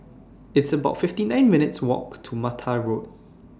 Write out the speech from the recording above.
It's about fifty nine minutes' Walk to Mattar Road